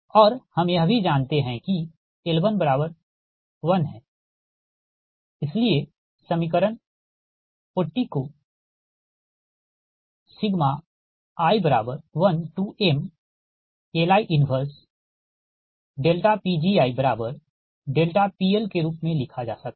और हम यह भी जानते हैं कि L1 1 है इसलिए समीकरण 40 को i1mLi 1PgiPL के रूप में लिखा जा सकता है